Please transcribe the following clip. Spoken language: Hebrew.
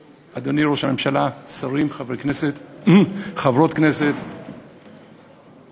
הממשלה, שרים, חברי כנסת, חברות כנסת, שרות,